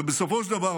ובסופו של דבר,